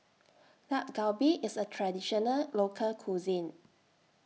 Dak Galbi IS A Traditional Local Cuisine